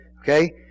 Okay